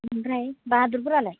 ओमफ्राय बाहादुरफोरालाय